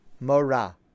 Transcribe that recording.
mora